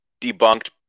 debunked